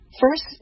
first